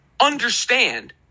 understand